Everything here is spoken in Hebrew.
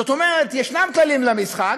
זאת אומרת, יש כללים למשחק,